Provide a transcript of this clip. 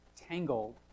tangled